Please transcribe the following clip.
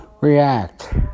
react